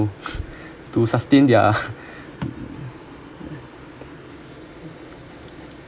to sustain their